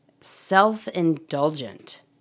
self-indulgent